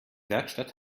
werkstatt